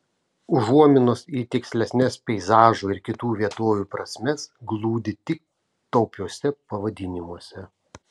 užuominos į tikslesnes peizažų ir kitų vietovių prasmes glūdi tik taupiuose pavadinimuose